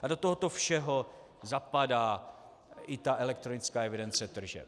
A do tohoto všeho zapadá i elektronická evidence tržeb.